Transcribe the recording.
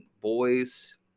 boys